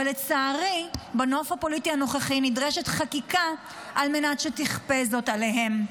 אבל לצערי בנוף הפוליטי הנוכחי נדרשת חקיקה על מנת שתכפה זאת עליהם.